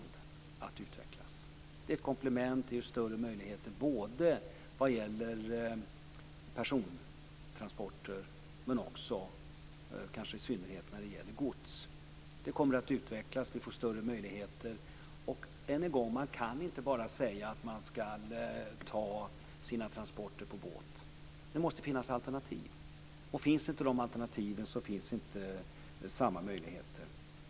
Det är ett komplement som ger större möjligheter när det gäller persontransporter men kanske i synnerhet när det gäller gods. Det kommer att utvecklas. Vi får större möjligheter. Och - än en gång - man kan inte bara säga att man skall ta sina transporter på båt. Det måste finnas alternativ. Och om inte dessa alternativ finns, så finns det inte samma möjligheter.